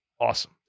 awesome